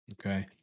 Okay